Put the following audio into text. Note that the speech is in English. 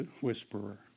whisperer